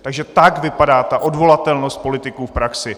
Takže tak vypadá ta odvolatelnost politiků v praxi.